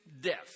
death